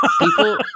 People